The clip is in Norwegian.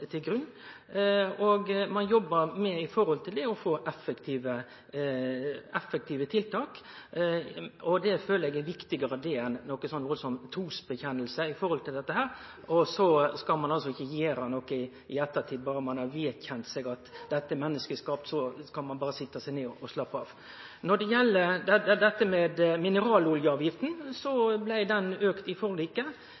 til grunn. Ein jobbar med å få til effektive tiltak. Det føler eg er viktigare enn noko sterk truvedkjenning – og så skal ein liksom ikkje gjere noko i ettertid berre ein har vedkjent seg at det er menneskeskapt, då skal ein berre setje seg ned og slappe av. Når det gjeld mineraloljeavgifta, blei den auka i forliket. Det var ikkje heilt slik Framstegspartiet ønskte det